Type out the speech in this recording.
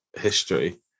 history